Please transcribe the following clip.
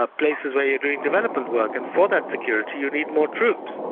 ah places where you're doing development work, and for that security you need more troops.